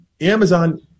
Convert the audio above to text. Amazon